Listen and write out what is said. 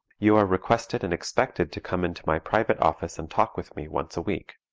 you are requested and expected to come into my private office and talk with me once a week,